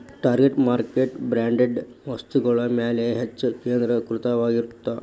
target market branded ವಸ್ತುಗಳ ಮ್ಯಾಲೆ ಹೆಚ್ಚ್ ಕೇಂದ್ರೇಕೃತವಾಗಿರತ್ತ